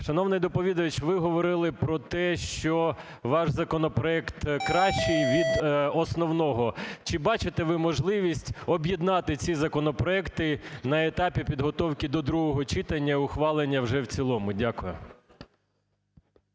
Шановний доповідач, ви говорили про те, що ваш законопроект кращий від основного. Чи бачите ви можливість об'єднати ці законопроекти на етапі підготовки до другого читання і ухвалення вже в цілому. Дякую.